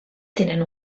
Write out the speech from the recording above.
tenen